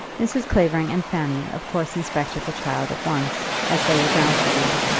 mrs. clavering and fanny of course inspected the child at once, as they were bound to do,